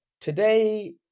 today